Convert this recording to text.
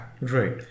Right